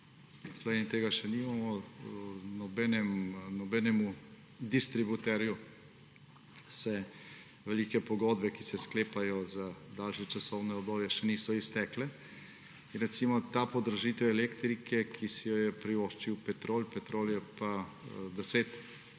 Sloveniji tega še nimamo. Nobenemu distributerju se velike pogodbe, ki se sklepajo za daljše časovno obdobje, še niso iztekle. Ta podražitev elektrike, ki si jo je privoščil Petrol, Petrol predstavlja